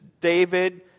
David